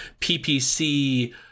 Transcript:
PPC